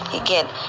Again